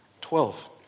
Twelve